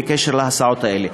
בקשר להסעות האלה.